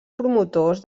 promotors